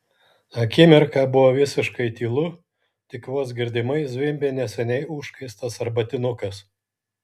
akimirką buvo visiškai tylu tik vos girdimai zvimbė neseniai užkaistas arbatinukas